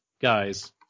guys